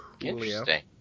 Interesting